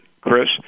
Chris